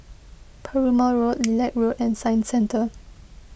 Perumal Road Lilac Road and Science Centre